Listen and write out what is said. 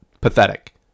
pathetic